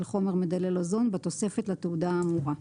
חומר מדלל אוזון בתוספת לתעודה האמורה.